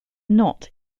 not